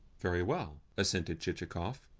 very well, assented chichikov.